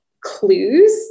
clues